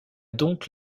donc